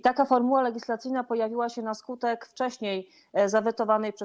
Taka formuła legislacyjna pojawiła się na skutek wcześniej zawetowanej przez